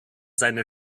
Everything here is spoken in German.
seine